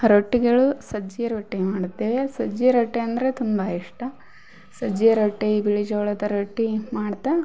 ರೊಟ್ಟಿಗಳು ಸಜ್ಜೆ ರೊಟ್ಟಿ ಮಾಡ್ತೇವೆ ಸಜ್ಜೆ ರೊಟ್ಟಿ ಅಂದರೆ ತುಂಬ ಇಷ್ಟ ಸಜ್ಜೆ ರೊಟ್ಟಿ ಬಿಳಿ ಜೋಳದ ರೊಟ್ಟಿ ಮಾಡ್ತಾ